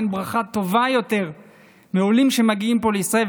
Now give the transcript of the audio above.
אין ברכה טובה יותר מעולים שמגיעים לישראל,